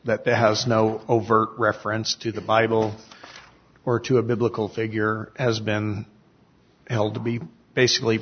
this that has no overt reference to the bible or to a biblical figure has been held to be basically